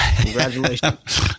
congratulations